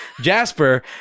Jasper